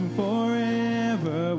forever